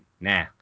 Nah